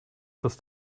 dass